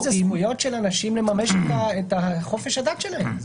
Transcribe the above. זה זכויות של אנשים לממש את חופש הדת שלהם.